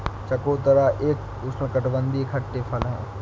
चकोतरा एक उष्णकटिबंधीय खट्टे फल है